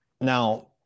now